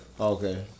Okay